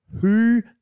who-